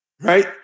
Right